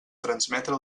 transmetre